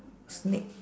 sneak